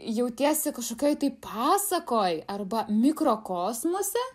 jautiesi kažkokioj tai pasakoj arba mikrokosmose